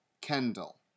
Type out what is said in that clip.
Kendall